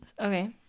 Okay